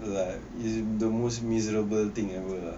like is the most miserable thing ever